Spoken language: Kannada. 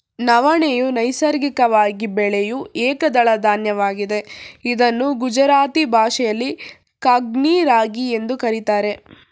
ನವಣೆಯು ನೈಸರ್ಗಿಕವಾಗಿ ಬೆಳೆಯೂ ಏಕದಳ ಧಾನ್ಯವಾಗಿದೆ ಇದನ್ನು ಗುಜರಾತಿ ಭಾಷೆಯಲ್ಲಿ ಕಾಂಗ್ನಿ ರಾಗಿ ಎಂದು ಕರಿತಾರೆ